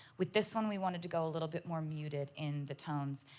with this one we wanted to go a little bit more muted in the tones.